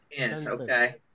Okay